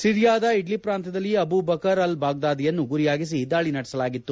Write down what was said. ಸಿರಿಯಾದ Idlib ಪ್ರಾಂತ್ಯದಲ್ಲಿ Abu Bakr al ಬಾಗ್ದಾದಿಯನ್ನು ಗುರಿಯಾಗಿಸಿ ದಾಳಿ ನಡೆಸಲಾಗಿತ್ತು